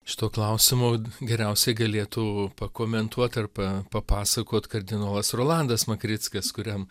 šituo klausimu geriausiai galėtų pakomentuot arba papasakot kardinolas rolandas makrickas kuriam